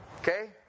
Okay